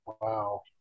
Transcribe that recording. wow